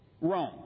Rome